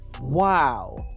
Wow